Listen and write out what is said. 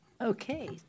Okay